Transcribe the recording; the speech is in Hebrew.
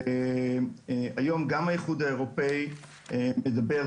היום גם האיחוד האירופי מדבר,